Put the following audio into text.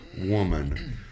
woman